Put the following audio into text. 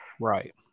right